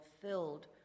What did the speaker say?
filled